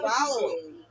following